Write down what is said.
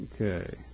Okay